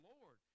Lord